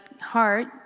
heart